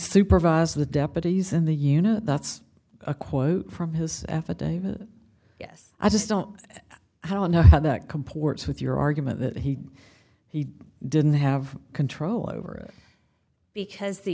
supervise the deputies in the unit that's a quote from his affidavit yes i just don't i don't know how that comports with your argument that he he didn't have control over it because the